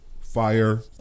fire